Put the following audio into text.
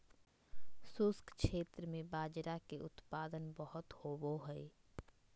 शुष्क क्षेत्र में बाजरा के उत्पादन बहुत होवो हय